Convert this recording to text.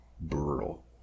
brutal